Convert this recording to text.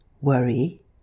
worry